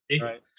right